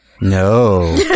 No